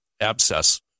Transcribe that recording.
Abscess